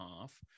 half